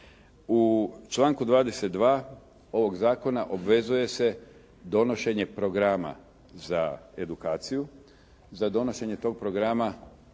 U članku 22. ovog zakona obvezuje se donošenje programa za edukaciju. Za donošenje tog programa